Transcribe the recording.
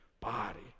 body